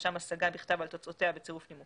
לרשם השגה בכתב על תוצאותיה בצירוף נימוקים.